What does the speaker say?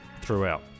throughout